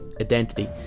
identity